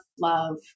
love